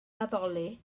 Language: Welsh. addoli